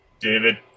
David